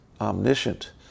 omniscient